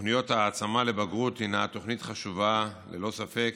תוכנית העצמה לבגרות, היא תוכנית חשובה, ללא ספק,